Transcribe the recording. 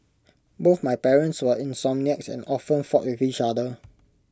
both my parents were insomniacs and often fought with each other